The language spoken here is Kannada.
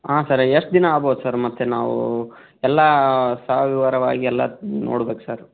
ಆಂ ಸರ್ ಎಷ್ಟು ದಿನ ಆಗ್ಬೋದು ಸರ್ ಮತ್ತು ನಾವು ಎಲ್ಲ ಸವಿವರವಾಗಿ ಎಲ್ಲ ನೋಡ್ಬೇಕು ಸರ್